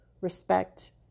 respect